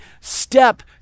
step